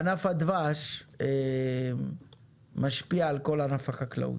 לגבי הדבש, ענף הדבש משפיע על כל ענף החקלאות.